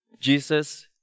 Jesus